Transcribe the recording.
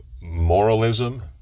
moralism